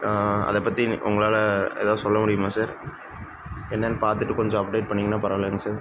அதைப் பற்றி நீ உங்களால் ஏதாவது சொல்ல முடியுமா சார் என்னென்று பார்த்துட்டு கொஞ்சம் அப்டேட் பண்ணீங்கன்னால் பரவாயில்லங்க சார்